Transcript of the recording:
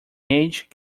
age